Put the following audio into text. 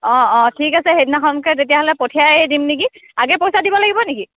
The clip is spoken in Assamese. অঁ অঁ ঠিক আছে সেইদিনাখনকে তেতিয়াহ'লে পঠিয়াই দিম নেকি আগে পইচা দিব লাগিব নেকি